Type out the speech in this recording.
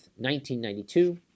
1992